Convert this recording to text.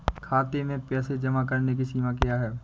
खाते में पैसे जमा करने की सीमा क्या है?